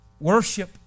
Worship